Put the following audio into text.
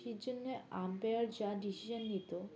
সেই জন্যে আম্পেয়ার যা ডিসিশন নিত